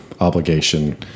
obligation